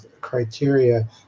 criteria